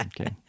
Okay